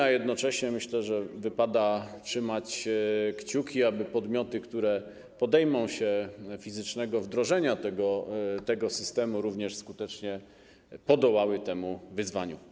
A jednocześnie myślę, że wypada trzymać kciuki, aby podmioty, które podejmą się fizycznego wdrożenia tego systemu, również skutecznie podołały temu wyzwaniu.